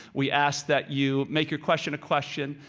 we ask that you make your question a question,